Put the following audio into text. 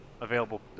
available